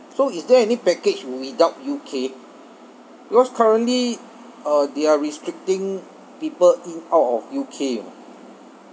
so is there any package without U_K because currently uh they are restricting people in out of U_K you know